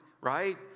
right